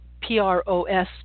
P-R-O-S